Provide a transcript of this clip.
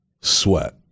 sweat